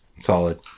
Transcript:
Solid